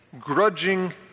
grudging